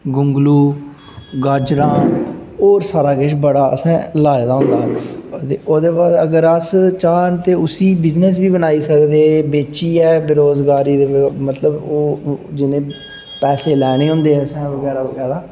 गोंगलू गाजरां होर सारा किश बड़ा असें लाऐ दा होंदा ते ओह्दे बाद अगर अस चाह्न ते उसी बिज़नेस बी बनाई सकदे बेचियै बेरोजगारी मतलब ओह् जि'नें पैसे लैने होंदे असां बगैरा बगैरा